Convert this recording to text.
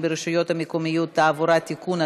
ברשויות המקומיות (תעבורה) (תיקון),